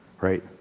right